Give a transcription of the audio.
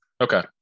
Okay